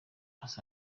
isa